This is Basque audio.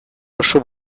oso